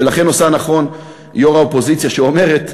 ולכן עושה נכון יו"ר האופוזיציה שאומרת,